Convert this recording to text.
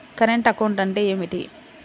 Current account అంటే ఏమిటి?